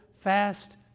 fast